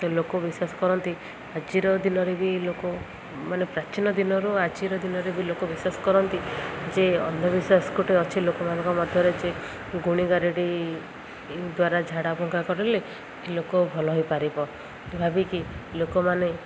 ଲୋକ ବିଶ୍ୱାସ କରନ୍ତି ଆଜିର ଦିନରେ ବି ଲୋକ ମାନେ ପ୍ରାଚୀନ ଦିନରୁ ଆଜିର ଦିନରେ ବି ଲୋକ ବିଶ୍ୱାସ କରନ୍ତି ଯେ ଅନ୍ଧବିଶ୍ୱାସ ଗୋଟେ ଅଛି ଲୋକମାନଙ୍କ ମଧ୍ୟରେ ଯେ ଗୁଣିଗାରେଡ଼ି ଦ୍ୱାରା ଝାଡ଼ା ଫୁଙ୍କା କରିଲେ ଲୋକ ଭଲ ହୋଇପାରିବ ଭାବିକି ଲୋକମାନେ